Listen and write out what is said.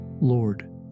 Lord